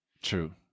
True